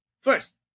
first